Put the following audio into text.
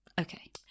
okay